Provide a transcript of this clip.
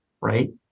right